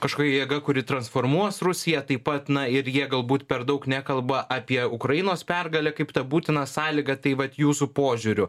kažkokia jėga kuri transformuos rusiją taip pat na ir jie galbūt per daug nekalba apie ukrainos pergale kaip ta būtina sąlyga tai vat jūsų požiūriu